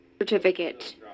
certificate